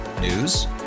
News